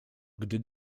gdy